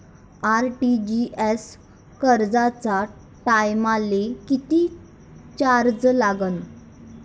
RTGS कराच्या टायमाले किती चार्ज लागन?